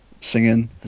singing